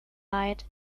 lied